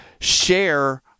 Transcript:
share